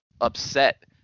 upset